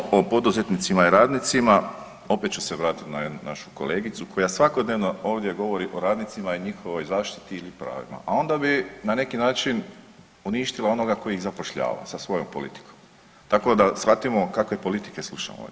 Kad govorimo o poduzetnicima i radnicima opet ću se vratit na jednu našu kolegicu koja svakodnevno ovdje govori o radnicima i njihovoj zaštiti ili pravima, a onda bi na neki način uništila onoga koji ih zapošljava sa svojom politikom, tako da shvatimo kakve politike slušamo ovdje.